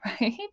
right